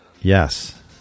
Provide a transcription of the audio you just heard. Yes